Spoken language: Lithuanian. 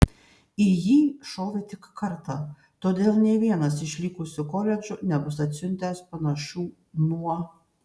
į jį šovė tik kartą todėl nė vienas iš likusių koledžų nebus atsiuntęs panašių nuo